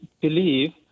believe